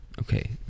Okay